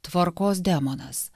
tvarkos demonas